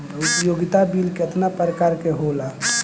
उपयोगिता बिल केतना प्रकार के होला?